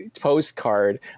postcard